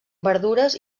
verdures